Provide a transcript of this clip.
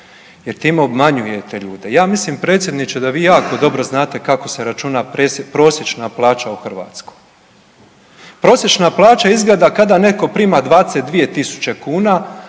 jer time obmanjujete ljude. Ja mislim predsjedniče da vi jako dobro znate kako se računa prosječna plaća u Hrvatskoj. Prosječna plaća izgleda kada netko prima 22 000 a